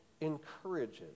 encourages